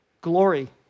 glory